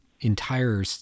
entire